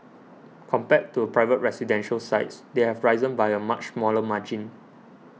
compared to a private residential sites they have risen by a much smaller margin